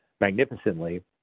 magnificently